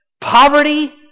Poverty